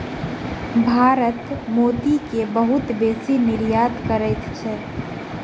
भारत मोती के बहुत बेसी निर्यात करैत अछि